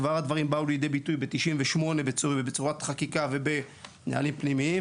כבר הדברים באו לידי ביטוי בצורת חקיקה ונהלים פנימיים,